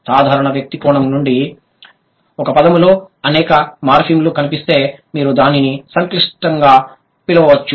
సాధారణ వ్యక్తి కోణం నుండి ఒక పదంలో అనేక మార్ఫిమ్లు కనిపిస్తే మీరు దానిని సంక్లిష్టంగా పిలవవచ్చు